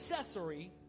accessory